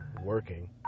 working